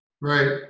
Right